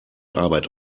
arbeit